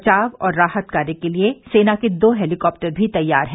बचाव और राहत कार्य के लिए सेना के दो हेलीकॉप्टर भी तैयार हैं